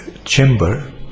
Chamber